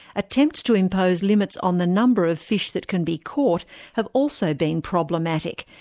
attempts to impose limits on the number of fish that can be caught have also been problematic,